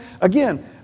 again